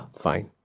fine